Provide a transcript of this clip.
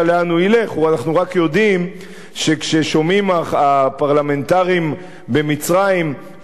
אנחנו רק יודעים שכששומעים הפרלמנטרים במצרים שמישהו